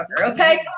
okay